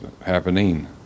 happening